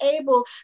able